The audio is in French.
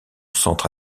centre